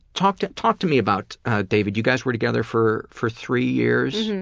talk to talk to me about david. you guys were together for for three years?